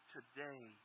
Today